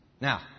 Now